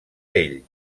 ell